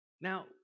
Now